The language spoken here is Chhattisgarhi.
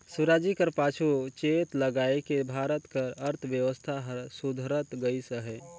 सुराजी कर पाछू चेत लगाएके भारत कर अर्थबेवस्था हर सुधरत गइस अहे